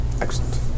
Excellent